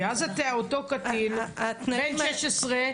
כי אז אותו קטין בן 16,